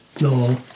No